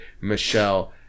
michelle